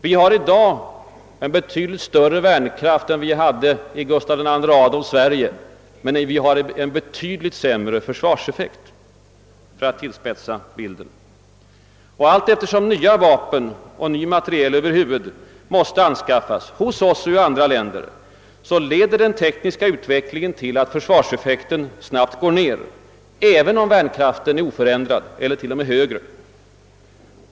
Vi har i dag en betydligt större värnkraft än vi hade i Gustav II Adolfs Sverige men vi har en betydligt sämre försvarseffekt — för att tillspetsa bilden. Och allteftersom nya vapen och ny materiel över huvud måste anskaffas hos oss och i andra länder leder den tekniska utvecklingen till att försvarseffekten snabbt går ned även om värnkraften är oförändrad eller to. m. högre.